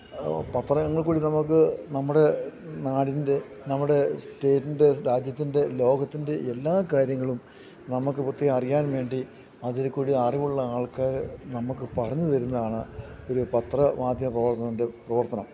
പത്രങ്ങളില്ക്കൂടി നമുക്കു നമ്മുടെ നാടിൻ്റെ നമ്മുടെ സ്റ്റേറ്റിൻ്റെ രാജ്യത്തിൻ്റെ ലോകത്തിൻ്റെ എല്ലാ കാര്യങ്ങളും നമുക്കു പ്രത്യേകം അറിയാൻ വേണ്ടി അതില്ക്കൂടി അറിവുള്ള ആൾക്കാര് നമുക്കു പറഞ്ഞുതരുന്നതാണ് ഒരു പത്ര മാധ്യമ പ്രവർത്തകന്റെ പ്രവർത്തനം